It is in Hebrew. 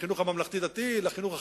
לחינוך הממלכתי-דתי,